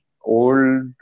old